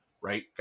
right